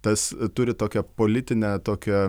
tas turi tokią politinę tokią